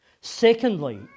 Secondly